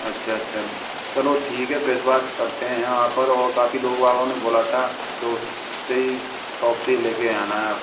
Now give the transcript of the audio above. अच्छा अच्छा चलो ठीक है विश्वास करते हैं आप पर और काफ़ी लोग बागों ने बोला था कि उससे ही शॉप से ही लेके आना आप